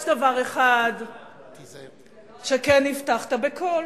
יש דבר אחד שכן הבטחת בקול.